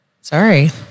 sorry